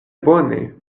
bone